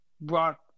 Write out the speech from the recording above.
brought